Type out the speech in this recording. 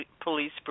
police